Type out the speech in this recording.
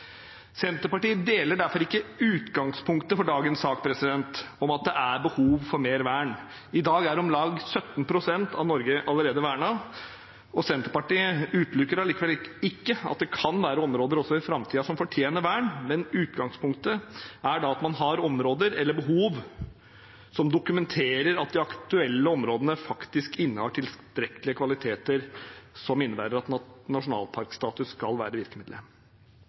Senterpartiet deler derfor ikke utgangspunktet for dagens sak, at det er behov for mer vern. I dag er om lag 17 pst. av Norge allerede vernet, og Senterpartiet utelukker ikke at det også i framtiden kan være områder som fortjener vern, men utgangspunktet må da være at man har behov for det, og at man kan dokumentere at de aktuelle områdene faktisk innehar tilstrekkelige kvaliteter som innebærer at nasjonalparkstatus skal være virkemiddelet.